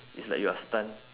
it's like you are stunned